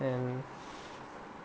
and